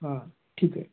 हां ठीक आहे